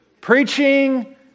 Preaching